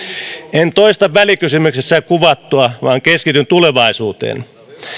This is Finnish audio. en toista välikysymyksessä kuvattua vaan keskityn tulevaisuuteen